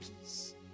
peace